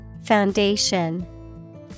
Foundation